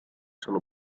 sono